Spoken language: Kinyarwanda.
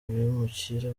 bimukira